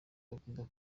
bagomba